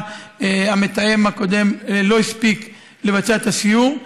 המתאם הקודם לא הספיק לבצע את הסיור.